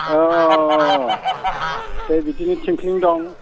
अ अ अ ओमफ्राय बिदिनो थिंख्लिं दं